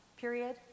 period